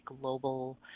global